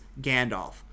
Gandalf